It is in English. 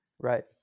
Right